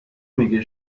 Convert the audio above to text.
میگه